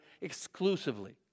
exclusively